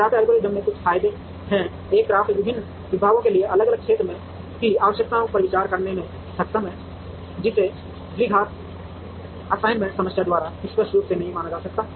CRAFT algorithm के कुछ फायदे हैं एक CRAFT विभिन्न विभागों के लिए अलग अलग क्षेत्र की आवश्यकताओं पर विचार करने में सक्षम है जिसे द्विघात असाइनमेंट समस्या द्वारा स्पष्ट रूप से नहीं माना गया था